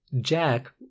Jack